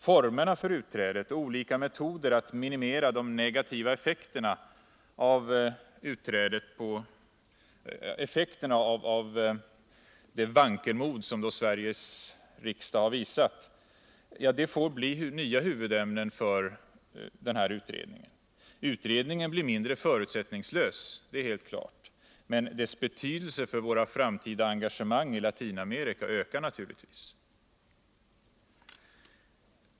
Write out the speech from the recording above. Formerna för utträdet och olika metoder att minimera de negativa effekterna av det vankelmod som då Sveriges riksdag har visat får bli nya huvudämnen för utredningen. Det är helt klart att utredningen blir mindre förutsättningslös, men dess betydelse för våra framtida engagemang i Latinamerika ökar naturligtvis.